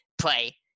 play